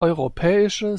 europäische